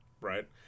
Right